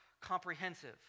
comprehensive